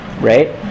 right